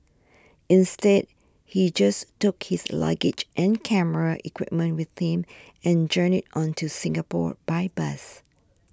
instead he just took his luggage and camera equipment with him and journeyed on to Singapore by bus